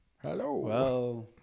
Hello